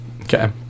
Okay